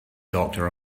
doctor